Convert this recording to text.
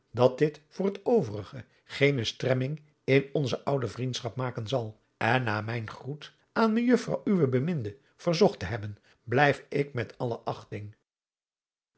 dat dit voor het overige geene stremming in onze oude vriendschap maken zal en na mijn groet aan mejuffrouw uwe beminde verzocht te hebben blijf ik met alle achting